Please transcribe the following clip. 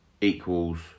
equals